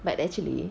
but actually